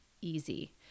easy